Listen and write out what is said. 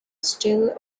still